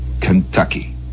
Kentucky